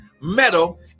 metal